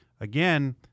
again